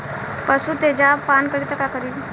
पशु तेजाब पान करी त का करी?